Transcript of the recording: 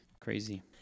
Crazy